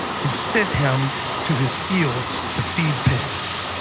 who sent him to his fields to feed pigs.